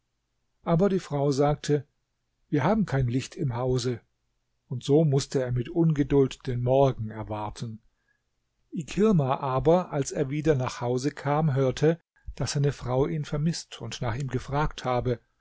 aber die frau sagte wir haben kein licht im hause und so mußte er mit ungeduld den morgen erwarten ikirma aber als er wieder nach hause kam hörte daß seine frau ihn vermißt und nach ihm gefragt habe